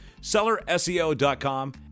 sellerseo.com